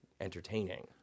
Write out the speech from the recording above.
entertaining